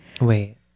Wait